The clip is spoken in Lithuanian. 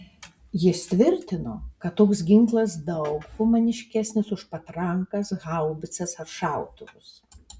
jis tvirtino kad toks ginklas daug humaniškesnis už patrankas haubicas ar šautuvus